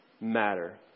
matter